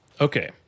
Okay